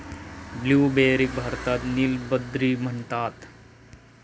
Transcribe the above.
ब्लूबेरीक भारतात नील बद्री म्हणतत